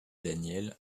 daniel